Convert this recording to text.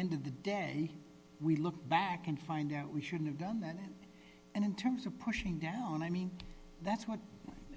end of the day we look back and find out we should've done that and in terms of pushing down i mean that's what